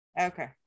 okay